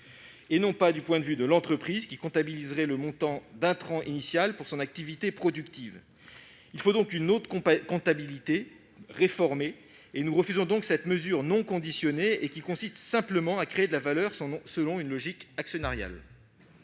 , non du point de vue de l'entreprise, qui comptabiliserait le montant d'intrant initial pour son activité productive. Il faut donc une autre comptabilité, réformée. C'est pourquoi nous refusons cette mesure non conditionnée, qui consiste à créer de la valeur selon une logique actionnariale.